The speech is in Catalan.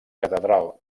catedral